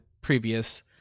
previous